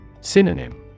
Synonym